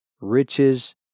riches